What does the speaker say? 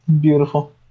beautiful